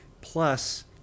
plus